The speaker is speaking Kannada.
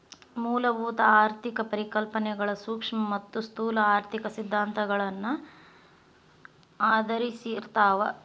ಮೂಲಭೂತ ಆರ್ಥಿಕ ಪರಿಕಲ್ಪನೆಗಳ ಸೂಕ್ಷ್ಮ ಮತ್ತ ಸ್ಥೂಲ ಆರ್ಥಿಕ ಸಿದ್ಧಾಂತಗಳನ್ನ ಆಧರಿಸಿರ್ತಾವ